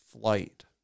flight